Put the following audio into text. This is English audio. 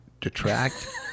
Detract